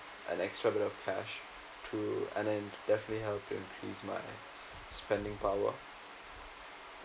an extra bit of cash to and then it definitely helps to increase my spending power